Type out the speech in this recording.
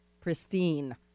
pristine